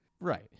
Right